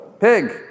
Pig